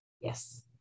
Yes